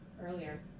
earlier